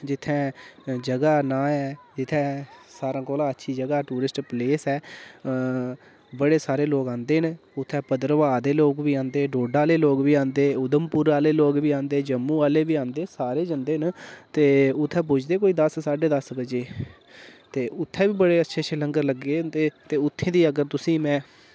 जित्थे जगहा दा नां ऐ जित्थे सारा कोला अच्छी जगहा टूरिस्ट प्लेस ऐ बड़े सारे लोक आंदे न उत्थै भदरवा दे लोक बी आंदे न डोडा आह्ले लोक बी आंदे उधमपुर आह्ले लोक बी आंदे जम्मू आह्ले बी आंदे सारे जंदे न ते उत्थै पुजदे न कोई दस साढे दस बजे ते उत्थै बी बड़े अच्छे अच्छे लंगर लग्गे दे होंदे ते उत्थे दी अगर में